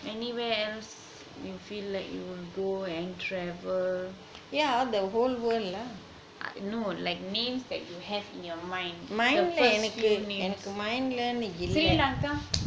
anywhere else you feel like you will go and travel no like names that you have in your mind the first few names sri lanka